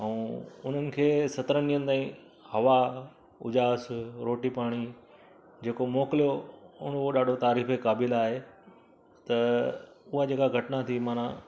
ऐं उन्हनि खे सतरिनि ॾींहंनि ताईं हवा उजास रोटी पाणी जेको मोकिलियो उहो ॾाढो तारीफ़े क़ाबिल आहे त उहा जेका घटना थी माना